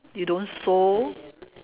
you don't sew